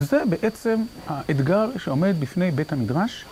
זה בעצם האתגר שעומד בפני בית המדרש.